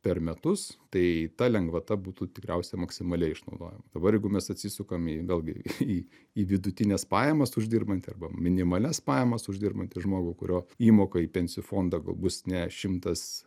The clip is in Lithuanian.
per metus tai ta lengvata būtų tikriausiai maksimaliai išnaudojama dabar jeigu mes atsisukam į vėl gi į į vidutines pajamas uždirbantį arba minimalias pajamas uždirbantį žmogų kurio įmoka į pensijų fondą gal bus ne šimtas